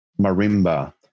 marimba